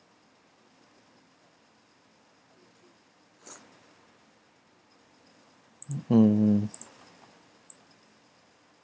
hmm